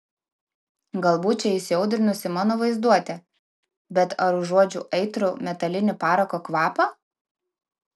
galbūt čia įsiaudrinusi mano vaizduotė bet ar užuodžiu aitrų metalinį parako kvapą